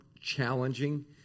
challenging